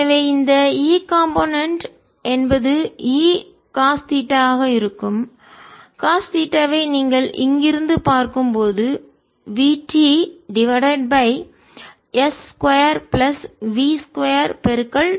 எனவே இந்த E component கூறு என்பது E காஸ் தீட்டா ஆக இருக்கும் காஸ் தீட்டாவை நீங்கள் இங்கிருந்து பார்க்கும் போது vt divided by s 2 plus v 2t 2 ஆகும்